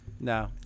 no